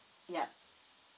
yup